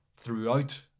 throughout